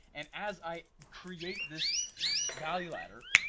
and as i create this value ladder,